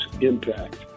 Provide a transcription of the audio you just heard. impact